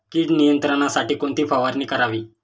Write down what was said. कीड नियंत्रणासाठी कोणती फवारणी करावी?